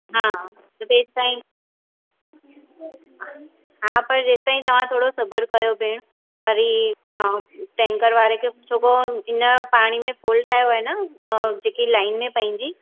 हा तेसि ताईं हा पर तेसि ताईं तव्हां थोरो सबर कयो भेण वरी तव्हां टेंकर वारे खे सुबुह हिन पाणी में फ़ॉल्ट आयो आहे न जेकी लाइन आहे पंहिंजी